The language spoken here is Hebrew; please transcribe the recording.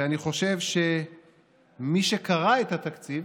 ואני חושב שמי שקרא את התקציב,